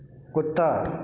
कुत्ता